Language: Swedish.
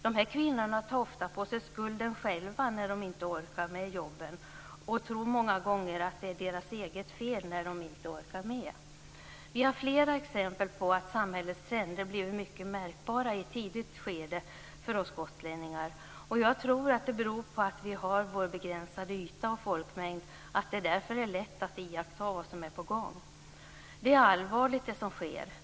De här kvinnorna tar ofta på sig skulden själva när de inte orkar med jobben och tror många gånger att det är deras eget fel när de inte orkar med. Vi har flera exempel på att samhällets trender blir mycket märkbara i ett tidigt skede för oss gotlänningar. Jag tror att det beror på att vi har vår begränsade yta och folkmängd. Därför är det lätt att iaktta vad som är på gång. Det som sker är allvarligt.